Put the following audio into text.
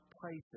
places